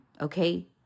okay